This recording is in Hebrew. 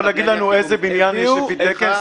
להגיד לנו איזה בניין יש כבר לפי תקן זה?